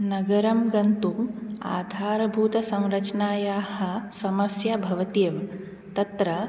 नगरं गन्तुम् आधारभूतसंरचनायाः समस्या भवत्येव तत्र